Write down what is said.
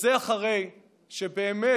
וזה אחרי שבאמת,